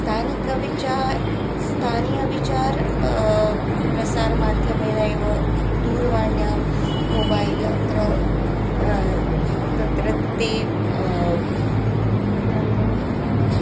स्थानिकं विचारं स्थानीयविचारः प्रसारमाध्यमेन एव दूरवाण्यां मोबैल् अत्र तत्र ते भवत्याः नाम वदतु ता